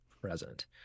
present